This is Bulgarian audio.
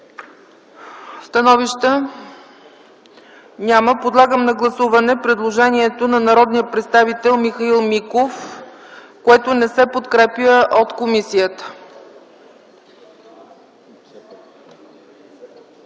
ЦЕЦКА ЦАЧЕВА: Подлагам на гласуване предложението на народния представител Михаил Миков, което не се подкрепя от комисията.